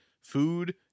food